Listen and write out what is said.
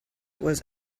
was